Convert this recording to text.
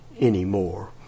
anymore